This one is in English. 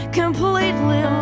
completely